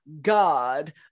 God